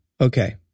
okay